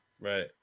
Right